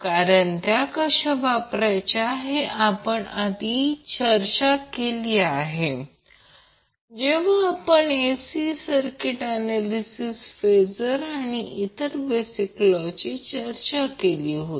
कारण त्या कशा वापरायच्या हे आपण आधी चर्चा केली आहे जेव्हा आपण AC सर्किट ऍनॅलिसिसचे फेजर आणि इतर बेसिक लॉ यांची चर्चा केली होती